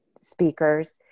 speakers